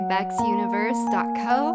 BexUniverse.co